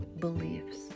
beliefs